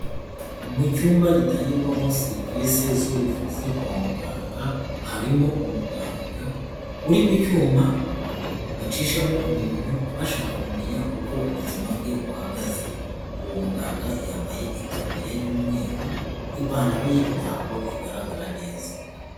Mu cyumba gitangirwamo serivise z'ubuvuzi kwa muganga harimo umuganga uri ku cyuma bacishamo umuntu bashaka kumenya uko ubuzima bwe buhagaze, uwo muganga yambaye itaburiya y'umweru, ipantaro ye ntabwo igaragara neza.